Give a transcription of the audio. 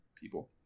people